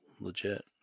legit